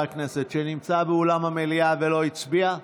הכנסת שנמצא באולם המליאה ולא הצביע?